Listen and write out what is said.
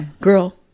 Girl